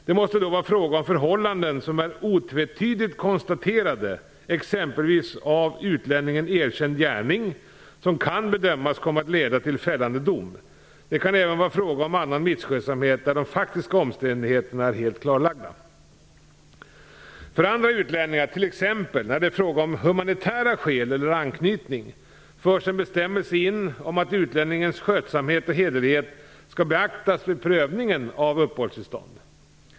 Det måste då vara fråga om förhållanden som är otvetydigt konstaterade, exempelvis av utlänningen erkänd gärning som kan bedömas komma att leda till fällande dom. Det kan även vara fråga om annan misskötsamhet där de faktiska omständigheterna är helt klarlagda. För andra utlänningar, t.ex. när det är fråga om humanitära skäl eller anknytning, förs en bestämmelse in om att utlänningens skötsamhet och hederlighet skall beaktas vid prövningen om uppehållstillstånd.